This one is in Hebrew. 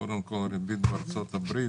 קודם כל, הריבית בארצות הברית.